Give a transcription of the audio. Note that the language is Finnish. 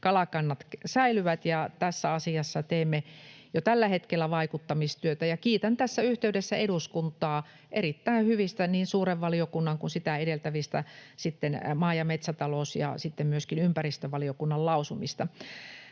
kalakannat säilyvät. Tässä asiassa teemme jo tällä hetkellä vaikuttamistyötä. Ja kiitän tässä yhteydessä eduskuntaa erittäin hyvistä niin suuren valiokunnan kuin sitä edeltävistä maa- ja metsätalous- ja sitten myöskin ympäristövaliokunnan lausumista.